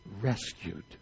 rescued